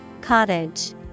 Cottage